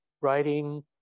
writing